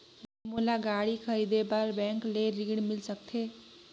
मोला गाड़ी खरीदे बार बैंक ले ऋण मिल सकथे?